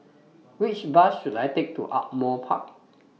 Which Bus should I Take to Ardmore Park